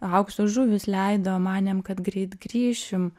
aukso žuvys leido manėm kad greit grįšim